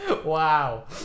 Wow